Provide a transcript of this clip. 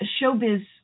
showbiz